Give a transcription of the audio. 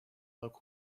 local